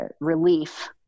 relief